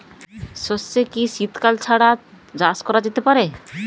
সর্ষে কি শীত কাল ছাড়া চাষ করা যেতে পারে?